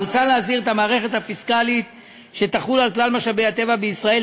מוצע להסדיר את המערכת הפיסקלית שתחול על כלל משאבי הטבע בישראל,